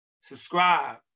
Subscribe